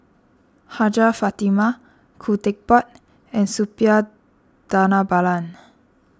Hajjah Fatimah Khoo Teck Puat and Suppiah Dhanabalan